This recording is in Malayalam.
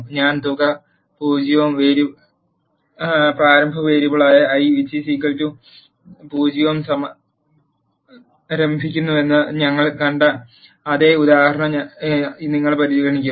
ഞാൻ തുക 0 ഉം പ്രാരംഭ വേരിയബിളായ i 0 ഉം സമാരംഭിക്കുന്നുവെന്ന് ഞങ്ങൾ കണ്ട അതേ ഉദാഹരണം നിങ്ങൾ പരിഗണിക്കും